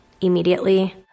immediately